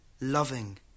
Loving